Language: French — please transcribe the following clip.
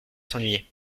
s’ennuyer